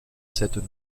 cette